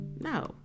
No